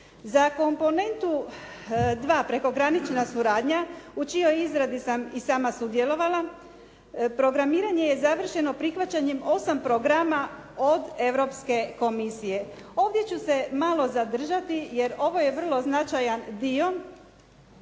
Za komponentu dva prekogranična suradnja, u čijoj izradi sam i sama sudjelovala. Programiranje je završeno prihvaćanjem osam programa od Europske komisije. Ovdje ću se malo zadržati jer ovo je vrlo značajan dio,